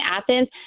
athens